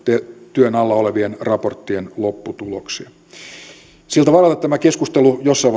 työn alla olevien raporttien lopputuloksia siltä varalta että tämä keskustelu jossain